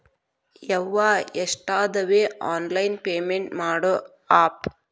ಯವ್ವಾ ಎಷ್ಟಾದವೇ online payment ಮಾಡೋ ಆಪ್